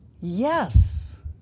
Yes